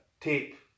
tape